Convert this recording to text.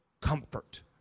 comfort